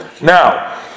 Now